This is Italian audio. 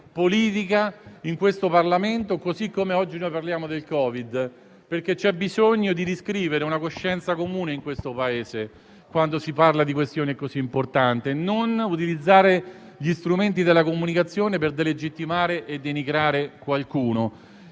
dovrebbe discutere così come oggi si parla del Covid). C'è infatti bisogno di riscrivere una coscienza comune nel Paese, quando si parla di questioni così importanti, e non utilizzare gli strumenti della comunicazione per delegittimare e denigrare qualcuno.